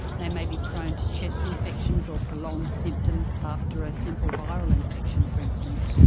they may be prone to chest infections or prolonged symptoms after a simple viral infection, for instance.